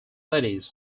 ladies